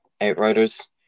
Outriders